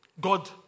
God